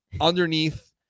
underneath